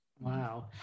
Wow